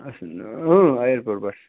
اَسہِ اۭں اَیَرپوٹ پٮ۪ٹھ